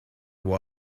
think